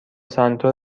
سنتور